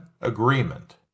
agreement